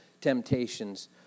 temptations